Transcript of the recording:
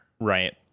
right